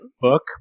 book